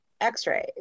x-rays